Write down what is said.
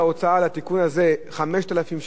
על התיקון הזה 5,000 שקל,